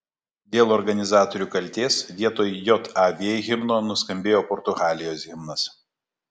dėl organizatorių kaltės vietoj jav himno nuskambėjo portugalijos himnas